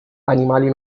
animali